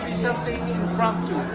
something impromptu